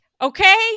Okay